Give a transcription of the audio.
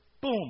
boom